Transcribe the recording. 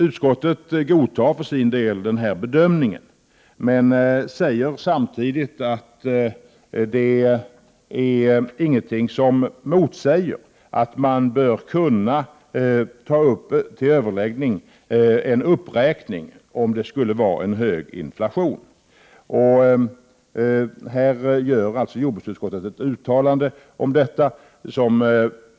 Utskottet godtar den bedömning som regeringen gör, men säger samtidigt att ingenting motsäger att överläggningar bör kunna upptas om en uppräkning om det blir en hög inflation. Jordbruksutskottet gör ett uttalande om Prot. 1988/89:127 detta.